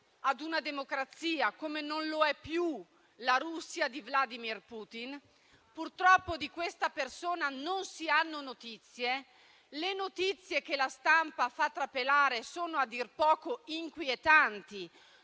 a una democrazia, come non lo è più la Russia di Vladimir Putin. Purtroppo di questa persona non si hanno notizie e le poche che la stampa fa trapelare sono a dir poco inquietanti,